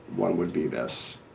one would be this.